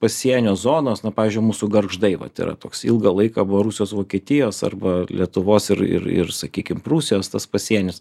pasienio zonos nu pavyzdžiui mūsų gargždai vat yra toks ilgą laiką buvo rusijos vokietijos arba lietuvos ir ir ir sakykim prūsijos tas pasienis